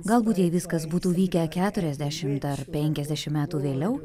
galbūt jei viskas būtų vykę keturiasdešimt ar penkiasdešim metų vėliau